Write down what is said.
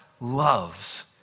loves